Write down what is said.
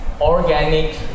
organic